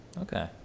okay